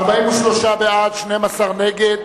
בעד, 43, נגד,